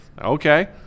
Okay